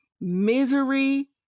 misery